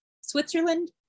switzerland